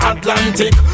Atlantic